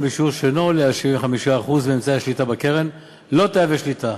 בשיעור שאינו עולה על 75% מאמצעי השליטה בקרן לא תהווה שליטה.